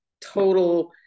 total